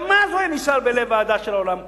גם אז הוא היה נשאר בלב האהדה של העולם כולו,